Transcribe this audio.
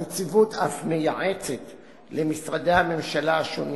הנציבות אף מייעצת למשרדי הממשלה השונים